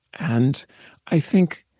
and i think